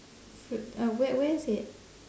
fruit uh where where is it